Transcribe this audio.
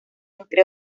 entre